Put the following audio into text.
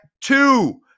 two